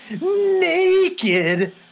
naked